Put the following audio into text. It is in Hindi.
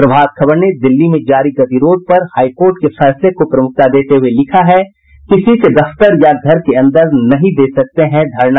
प्रभात खबर ने दिल्ली में जारी गतिरोध पर हाई कोर्ट के फैसले को प्रमुखता देते हुये लिखा है किसी के दफ्तर या घर के अन्दर नहीं दे सकते हैं धरना